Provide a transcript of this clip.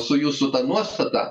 su jūsų ta nuostata